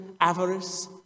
avarice